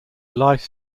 life